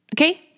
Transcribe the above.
Okay